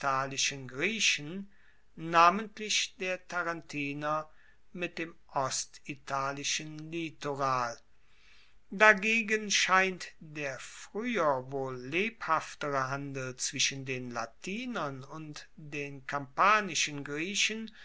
griechen namentlich der tarentiner mit dem ostitalischen litoral dagegen scheint der frueher wohl lebhaftere handel zwischen den latinern und den kampanischen griechen